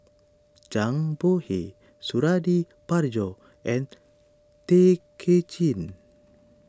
Zhang Bohe Suradi Parjo and Tay Kay Chin